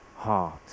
heart